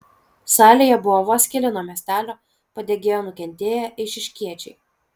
salėje buvo vos keli nuo miestelio padegėjo nukentėję eišiškiečiai